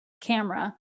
camera